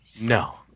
No